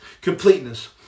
completeness